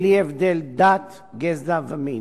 בלי הבדל דת, גזע ומין.